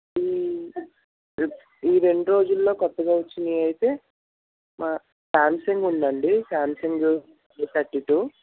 ఈ రెండు రోజుల్లో కొత్తగా వచ్చినవి అయితే మ సామ్సంగ్ ఉంది అండి సామ్సంగ్ జీ థర్టీ టూ